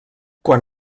quan